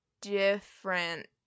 different